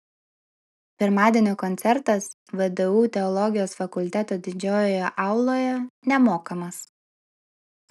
pirmadienio koncertas vdu teologijos fakulteto didžiojoje auloje nemokamas